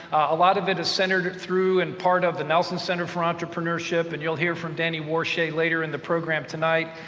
a lot of it is centered through and part of the nelson center for entrepreneurship, and you'll hear from danny warshay later in the program tonight.